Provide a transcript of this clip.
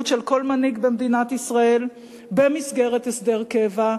של כל מנהיג במדינת ישראל במסגרת הסדר קבע.